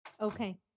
Okay